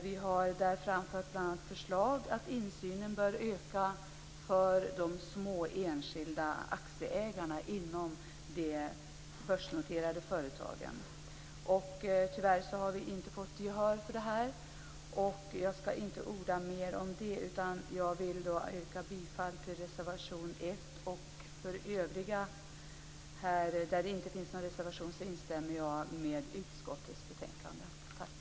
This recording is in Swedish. Vi har bl.a. föreslagit att insynen bör öka för de små enskilda aktieägarna inom de börsnoterade företagen. Tyvärr har vi inte fått gehör för detta. Jag skall inte orda mer om detta, utan jag vill yrka bifall till reservation 1. Under övriga moment där det inte finns någon reservation instämmer jag i utskottets hemställan.